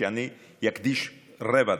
שאני אקדיש לה רבע דקה,